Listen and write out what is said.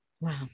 Wow